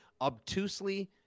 obtusely